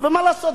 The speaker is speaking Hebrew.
ומה לעשות?